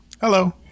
Hello